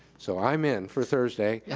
so i'm in for thursday.